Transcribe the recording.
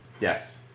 Yes